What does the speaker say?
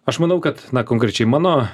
aš manau kad na konkrečiai mano